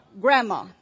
Grandma